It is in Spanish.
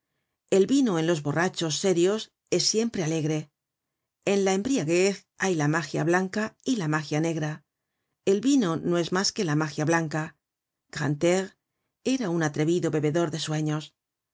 el vino en los borrachos serios es siempre alegre en la embriaguez hay la mágia blanca y la magia negra el vino no es mas que la mágia blanca grantaire era un atrevido bebedor de sueños